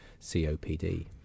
COPD